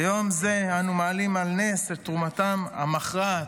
ביום זה אנו מעלים על נס את תרומתם המכרעת,